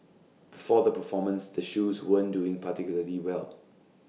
before the performance the shoes weren't doing particularly well